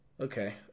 Okay